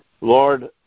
Lord